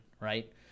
Right